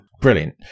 Brilliant